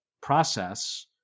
process